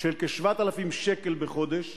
של כ-7,000 שקל בחודש